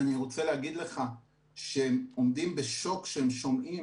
ואני רוצה להגיד לך שהם עומדים בשוק כשהם שומעים